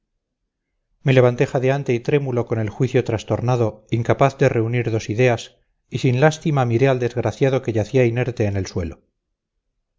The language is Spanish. respiración me levanté jadeante y trémulo con el juicio trastornado incapaz de reunir dos ideas y sin lástima miré al desgraciado que yacía inerte en el suelo